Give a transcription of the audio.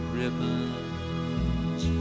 ribbons